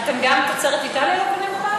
אתה גם תוצרת איטליה לא קונה בבית?